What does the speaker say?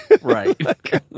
Right